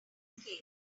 case